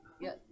yes